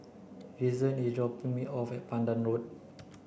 Reason is dropping me off at Pandan Road